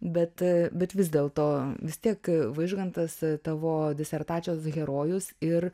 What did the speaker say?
bet bet vis dėlto vis tiek vaižgantas tavo disertacijos herojus ir